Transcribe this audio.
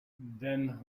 then